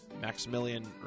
Maximilian